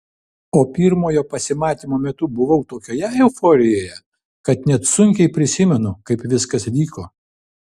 o pirmojo pasimatymo metu buvau tokioje euforijoje kad net sunkiai prisimenu kaip viskas vyko